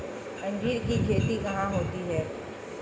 अंजीर की खेती कहाँ होती है?